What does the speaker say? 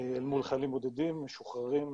מול חיילים בודדים, משוחררים.